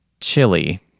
chili